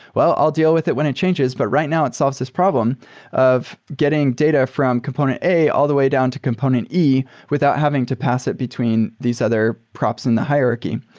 well, i'll deal with it when it changes. but right now it solves this problem of getting data from component a all the way down to component e without having to pass it between these other props in the hierarchy.